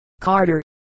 Carter